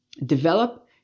develop